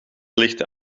lichten